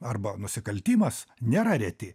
arba nusikaltimas nėra reti